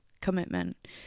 commitment